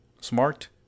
smart